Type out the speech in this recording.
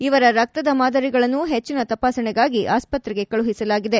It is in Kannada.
ಇವರ ರಕ್ತದ ಮಾದರಿಗಳನ್ನು ಹೆಚ್ಚಿನ ತಪಾಸಣೆಗಾಗಿ ಆಸ್ಪತ್ರೆಗೆ ಕಳುಹಿಸಲಾಗಿದೆ